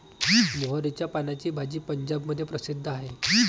मोहरीच्या पानाची भाजी पंजाबमध्ये प्रसिद्ध आहे